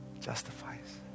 justifies